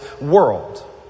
world